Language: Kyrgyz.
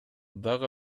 дагы